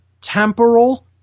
temporal